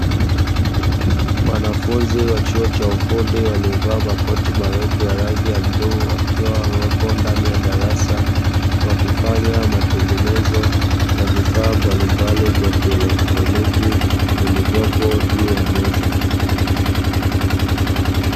Wanafunzi wa chuo cha ufundi waliovaa makoti marefu ya rangi ya bluu wakiwa wako ndani ya darasa wakifanya matengenezo ya vifaa mbalimbali vya kielektroniki vilivyopo juu ya meza.